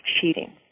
cheating